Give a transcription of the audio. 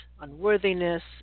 unworthiness